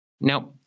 Now